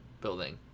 building